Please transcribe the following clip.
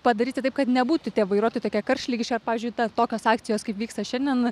padaryti taip kad nebūtų tie vairuotojai tokie karštligiški ar pavyzdžiui ta tokios akcijos kaip vyksta šiandien